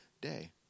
day